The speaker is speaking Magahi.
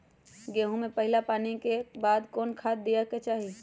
गेंहू में पहिला पानी के बाद कौन खाद दिया के चाही?